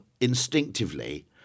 instinctively